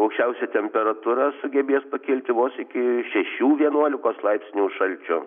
aukščiausia temperatūra sugebės pakilti vos iki šešių vienuolikos laipsnių šalčio